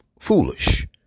foolish